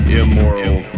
immoral